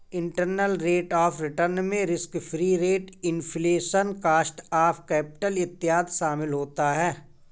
internal rate of return में risk free rate, inflation, cost of capital इत्यादि शामिल होता है